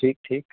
ٹھیک ٹھیک